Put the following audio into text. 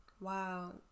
Wow